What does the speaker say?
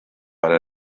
eine